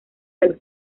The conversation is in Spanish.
del